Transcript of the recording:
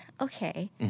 Okay